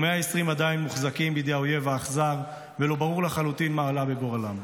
ו-120 עדיין מוחזקים בידי האויב האכזר ולא ברור לחלוטין מה עלה בגורלם.